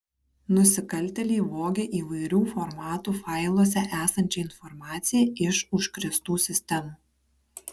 nusikaltėliai vogė įvairių formatų failuose esančią informaciją iš užkrėstų sistemų